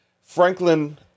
Franklin